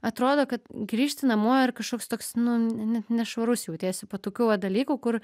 atrodo kad grįžti namo ir kažkoks toks nu net nešvarus jautiesi po tokių va dalykų kur